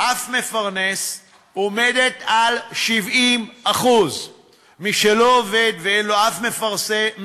אף מפרנס עומדת על 70%. מי שלא עובד ואין לו אף מפרנס,